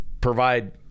provide